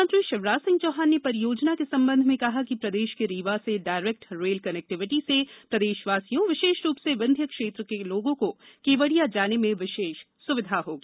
मुख्यमंत्री शिवराज सिंह चौहान ने परियोजना के संबंध कहा कि प्रदेश के रीवा से डायरेक्ट रेल कन्क्विटी से प्रदेशवासियों विशेष रूप से विंध्य क्षेत्र के लोगों को केवड़िया जाने में विशेष सुविधा होगी